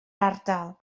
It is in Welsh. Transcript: ardal